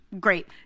great